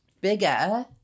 bigger